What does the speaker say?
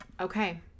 Okay